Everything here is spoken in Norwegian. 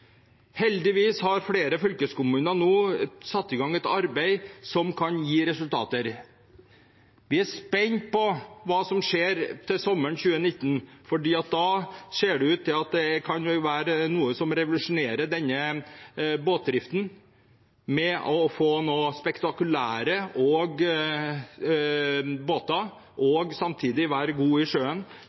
Heldigvis har flere fylkeskommuner nå satt i gang et arbeid som kan gi resultater. Vi er spent på hva som skjer til sommeren 2019, for da ser det ut til at det kan være noe som revolusjonerer denne båtdriften med å få spektakulære båter som samtidig er gode på sjøen,